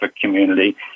community